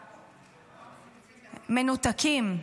מנותקים.